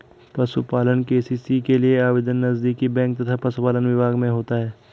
पशुपालन के.सी.सी के लिए आवेदन नजदीकी बैंक तथा पशुपालन विभाग में होता है